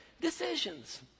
decisions